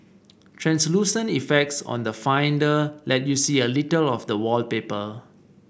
translucent effects on the finder let you see a little of the wallpaper